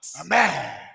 Amen